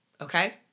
Okay